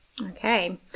Okay